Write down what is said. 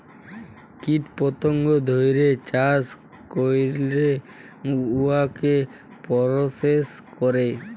কীট পতঙ্গ ধ্যইরে চাষ ক্যইরে উয়াকে পরসেস ক্যরে